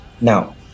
Now